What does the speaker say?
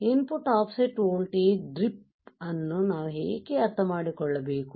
ಇನ್ ಪುಟ್ offset voltage drift ಅನ್ನು ನಾವು ಏಕೆ ಅರ್ಥಮಾಡಿಕೊಳ್ಳಬೇಕು